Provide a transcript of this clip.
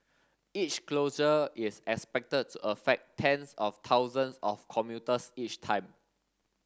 each closure is expected to affect tens of thousands of commuters each time